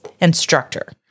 instructor